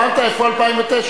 אמרת איפה 2009,